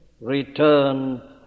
return